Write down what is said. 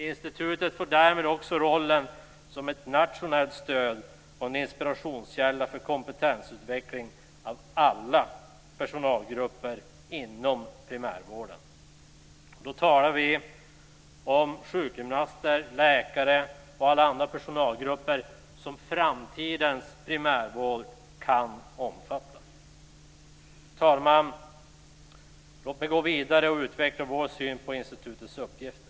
Institutet får därmed också rollen som nationellt stöd och inspirationskälla för kompetensutveckling av alla personalgrupper inom primärvården. Då talar vi om sjukgymnaster, läkare och alla andra personalgrupper som framtidens primärvård kan omfatta. Fru talman! Låt mig gå vidare och utveckla vår syn på institutets uppgifter.